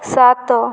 ସାତ